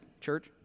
church